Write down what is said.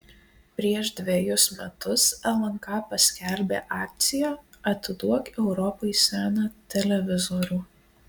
prieš dvejus metus lnk paskelbė akciją atiduok europai seną televizorių